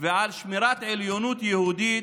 ועל שמירת עליונות יהודית,